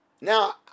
Now